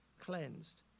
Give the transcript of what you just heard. cleansed